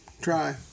try